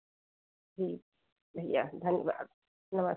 ठीक भैया धन्यवाद नमस्ते